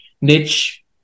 niche